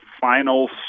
final